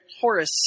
Horace